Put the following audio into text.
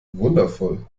wundervoll